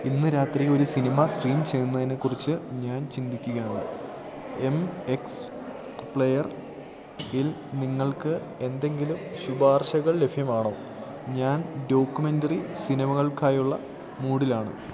ഇന്ന് രാത്രി ഒരു സിനിമ സ്ട്രീം ചെയ്യുന്നതിനേക്കുറിച്ച് ഞാൻ ചിന്തിക്കുകയാണ് എം എക്സ് പ്ലെയറിൽ നിങ്ങൾക്ക് എന്തെങ്കിലും ശുപാർശകൾ ലഭ്യമാണോ ഞാൻ ഡോക്കുമെറ്ററി സിനിമകൾക്കായുള്ള മൂഡിലാണ്